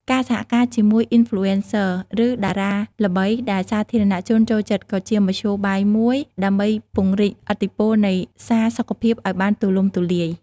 ការសហការជាមួយ Influencer ឬតារាល្បីដែលសាធារណជនចូលចិត្តក៏ជាមធ្យោបាយមួយដើម្បីពង្រីកឥទ្ធិពលនៃសារសុខភាពឲ្យបានទូលំទូលាយ។